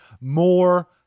More